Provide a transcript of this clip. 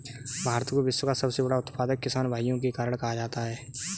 भारत को विश्व का सबसे बड़ा उत्पादक किसान भाइयों के कारण कहा जाता है